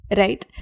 right